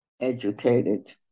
educated